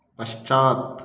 पश्चात्